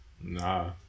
Nah